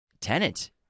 Tenant